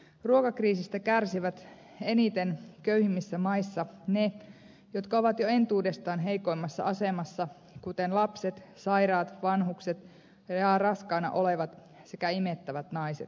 ruokakriisistä kärsivät eniten köyhimmissä maissa ne jotka ovat jo entuudestaan heikoimmassa asemassa kuten lapset sairaat vanhukset ja raskaana olevat sekä imettävät naiset